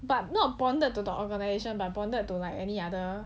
but not bonded to the organisation but bonded to like any other